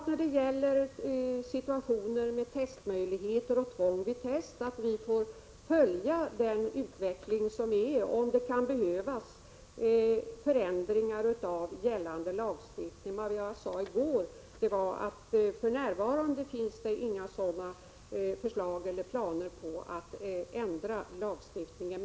När det gäller testmöjligheter och tvång vid test är det självklart att vi skall följa utvecklingen och om så behövs ändra lagstiftningen. Vad jag sade i går var att det för närvarande inte finns några planer på att ändra lagstiftningen.